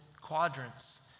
quadrants